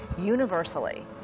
universally